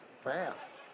fast